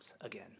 again